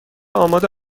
آماده